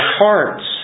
hearts